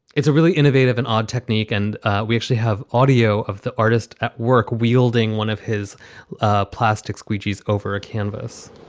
it's a really innovative and odd technique. and we actually have audio of the artist at work wielding one of his ah plastic squeegees over a canvas